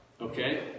Okay